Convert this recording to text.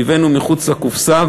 והבאנו מחוץ לקופסה,